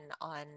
on